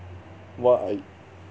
what I